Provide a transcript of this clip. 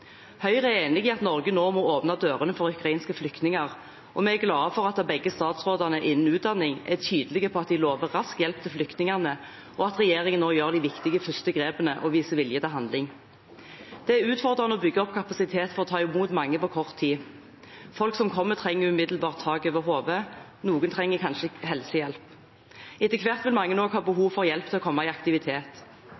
Høyre er enig i at Norge nå må åpne dørene for ukrainske flyktninger, og vi er glad for at begge statsrådene innen utdanning er tydelige på at de lover rask hjelp til flyktningene, og at regjeringen nå gjør de viktige første grepene og viser vilje til handling. Det er utfordrende å bygge opp kapasitet for å ta imot mange på kort tid. Folk som kommer, trenger umiddelbart tak over hodet. Noen trenger kanskje helsehjelp. Etter hvert vil mange også ha